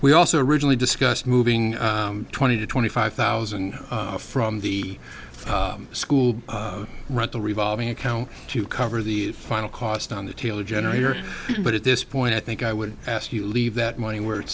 we also originally discussed moving twenty to twenty five thousand from the school rental revolving account to cover the final cost on the taylor generator but at this point i think i would ask you leave that money where it